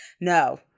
No